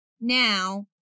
Now